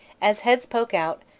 as heads poke out,